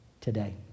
today